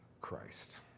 Christ